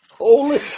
Holy